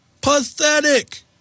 pathetic